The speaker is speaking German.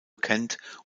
kennt